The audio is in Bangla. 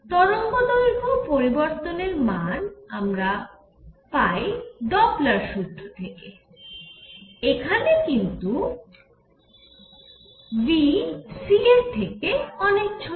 তরঙ্গদৈর্ঘ্য পরিবর্তনের মান আমরা পাই ডপলার সুত্র Doppler's formula থেকে এখানে কিন্তু v c এর থেকে অনেক ছোট